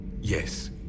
Yes